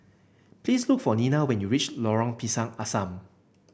please look for Nena when you reach Lorong Pisang Asam